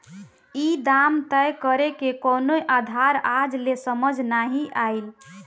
ई दाम तय करेके कवनो आधार आज ले समझ नाइ आइल